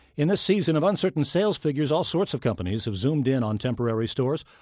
in this season of uncertain sales figures, all sorts of companies have zoomed in on temporary stores,